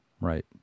Right